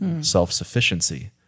self-sufficiency